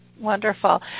Wonderful